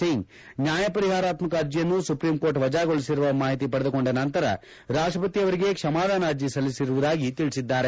ಸಿಂಗ್ ನ್ಯಾಯ ಪರಿಹಾರಾತ್ಮಕ ಅರ್ಜಿಯನ್ನು ಸುಪ್ರೀಂ ಕೋರ್ಟ್ ಮಜಾಗೊಳಿಸಿರುವ ಮಾಹಿತಿ ಪಡೆದುಕೊಂಡ ನಂತರ ರಾಷ್ಷಪತಿ ಅವರಿಗೆ ಕ್ಷಮಾದಾನ ಅರ್ಜಿ ಸಲ್ಲಿಸಿರುವುದಾಗಿ ತಿಳಿಸಿದ್ದಾರೆ